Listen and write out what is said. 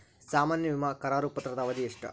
ಸಾಮಾನ್ಯ ವಿಮಾ ಕರಾರು ಪತ್ರದ ಅವಧಿ ಎಷ್ಟ?